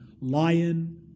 Lion